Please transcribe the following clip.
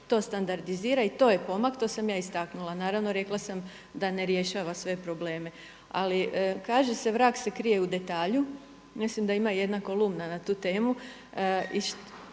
to standardizira. To je pomak, to sam ja istaknula. Naravno rekla sam da ne rješava sve probleme, ali kaže se vrag se krije u detalju. Mislim da ima jedna kolumna na tu temu.